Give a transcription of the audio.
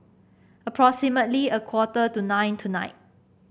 Approximately a quarter to nine tonight